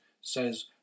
says